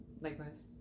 Likewise